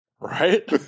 Right